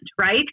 right